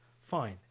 fine